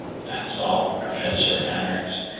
that's all, professor aronnax,